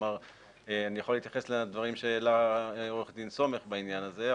כלומר אני יכול להתייחס לדברים שהעלה עורך דין סומך בעניין הזה,